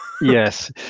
yes